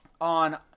On